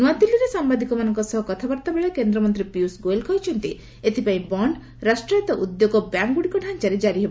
ନୂଆଦିଲ୍ଲୀରେ ସାମ୍ବାଦିକମାନଙ୍କ ସହ କଥାବାର୍ତ୍ତାବେଳେ କେନ୍ଦ୍ରମନ୍ତୀ ପିୟୁଷ ଗୋଏଲ କହିଛନ୍ତି ଏଥିପାଇଁ ବଣ୍ଡ ରାଷ୍ଟ୍ରାୟତ ଉଦ୍ୟୋଗ ବ୍ୟାଙ୍କଗଗୁଡିକ ଢାଞାରେ କାରି ହେବ